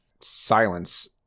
silence